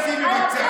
את השם שימי בצד.